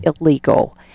illegal